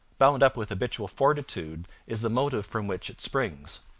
bound up with habitual fortitude is the motive from which it springs.